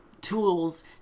tools